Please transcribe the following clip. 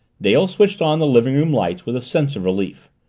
dale switched on the living-room lights with a sense of relief.